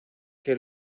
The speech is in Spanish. que